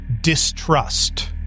Distrust